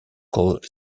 called